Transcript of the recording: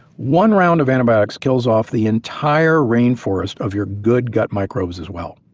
one round of antibiotics kills off the entire rainforest of your good gut microbes as well.